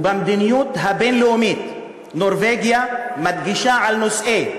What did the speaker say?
ובמדיניות הבין-לאומית נורבגיה מדגישה נושאי